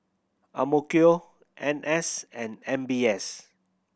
N S and M B S